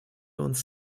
uns